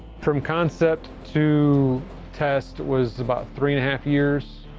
from concept to test was about three and a half years.